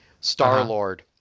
Star-Lord